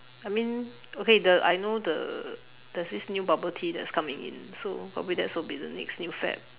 I mean okay the I know the there's this new bubble tea that's coming in so probably that's will be the next new fad